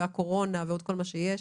והקורונה ועוד כל מה שיש,